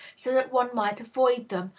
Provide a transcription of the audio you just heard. so that one might avoid them,